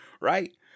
right